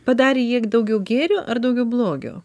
padarė jie daugiau gėrio ar daugiau blogio